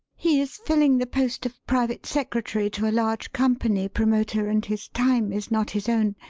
he is filling the post of private secretary to a large company promoter, and his time is not his own.